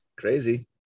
Crazy